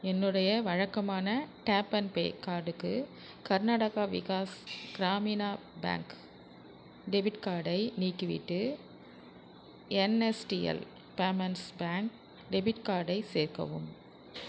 என்னுடைய வழக்கமான tap and pay கார்டுக்கு கர்நாடகா விகாஸ் கிராமினா பேங்க் டெபிட் கார்டை நீக்கிவிட்டு என்எஸ்டிஎல் பேமெண்ட்ஸ் பேங்க் டெபிட் கார்டை சேர்க்கவும்